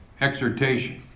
exhortation